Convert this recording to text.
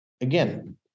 Again